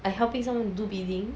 I helping someone do bidding